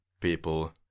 people